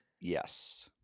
Yes